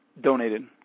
donated